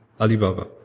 Alibaba